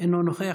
אינו נוכח.